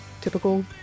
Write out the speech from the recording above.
typical